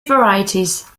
varieties